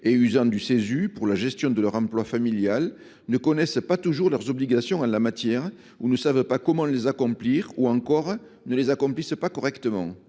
(Cesu) pour la gestion de leur emploi familial, ne connaissent pas toujours leurs obligations en la matière. Ils ne savent parfois pas comment les accomplir ou ne les accomplissent pas correctement.